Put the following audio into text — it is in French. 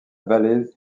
vallée